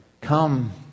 come